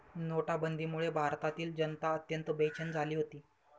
नोटाबंदीमुळे भारतातील जनता अत्यंत बेचैन झाली होती